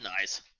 Nice